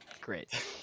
Great